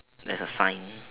there's a sign